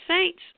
saints